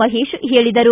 ಮಹೇಶ ಹೇಳಿದರು